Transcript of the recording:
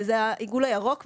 זה העיגול הירוק,